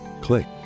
click